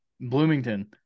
Bloomington